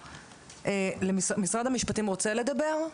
משרד החינוך משפט אחרון.